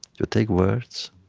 you take words,